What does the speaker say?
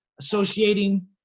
associating